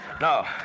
no